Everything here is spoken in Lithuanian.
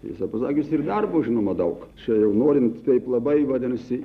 tiesą pasakius ir darbo žinoma daug čia jau norint taip labai vadinasi